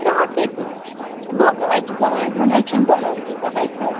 ترٛےٚ ہَتھ رۄپیہِ ہے لوکَل حظ چھِ بنان ہُہ نہٕ حظ چھِنہٕ بنان تیٖژاہ ہاے فاے